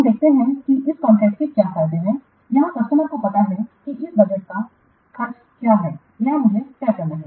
हमें देखते हैं कि कॉन्ट्रैक्टस के क्या फायदे हैं यहां कस्टमर को पता है कि इस बजट का खर्च क्या है यह मुझे तय करना है